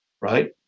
right